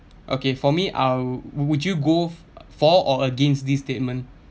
okay for me I'll would would you go for or against this statement